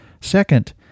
Second